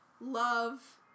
love